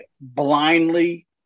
blindly